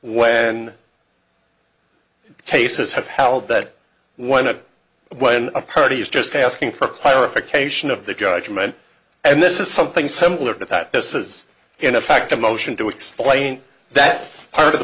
when cases have held that one when a party is just asking for clarification of the judgment and this is something similar to that this is in effect a motion to explain that part of the